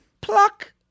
pluck